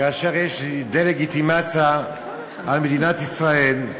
כאשר יש דה-לגיטימציה על מדינת ישראל,